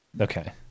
Okay